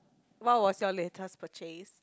what was your latest purchase